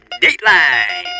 Dateline